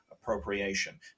Appropriation